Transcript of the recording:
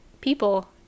people